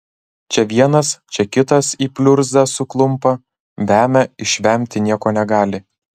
čia vienas čia kitas į pliurzą suklumpa vemia išvemti nieko negali